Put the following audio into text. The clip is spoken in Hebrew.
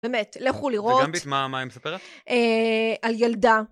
באמת, ללכו לראות על ילדה.